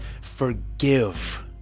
Forgive